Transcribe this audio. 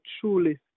truly